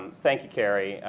thank you, kerry.